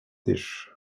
dish